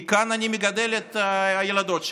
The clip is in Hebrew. כי כאן אני מגדל את הילדות שלי,